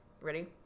ready